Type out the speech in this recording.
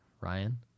ryan